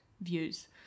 views